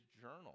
journal